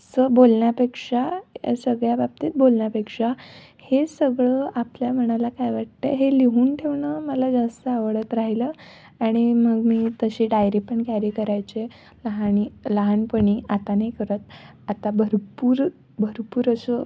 चं बोलण्यापेक्षा या सगळ्या बाबतीत बोलण्यापेक्षा हे सगळं आपल्या मनाला काय वाटतं आहे हे लिहून ठेवणं मला जास्त आवडत राहिलं आणि मग मी तशी डायरी पण कॅरी करायचे लहाणी लहानपणी आता नाही करत आता भरपूर भरपूर असं